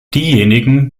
diejenigen